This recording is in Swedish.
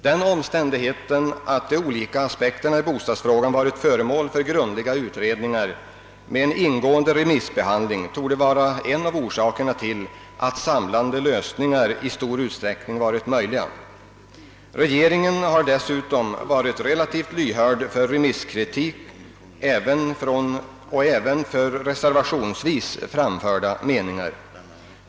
Den omständigheten att de olika aspekterna i bostadsfrågan varit föremål för grundliga utredningar med en ingående remissbehandling torde vara en av orsakerna till att samlande lösningar i stor utsträckning varit möjliga. Regeringen har dessutom varit relativt Ilyhörd för remisskritik och även för reservationsvis framförda meningar.